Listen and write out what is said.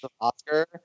Oscar